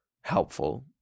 helpful